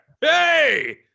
Hey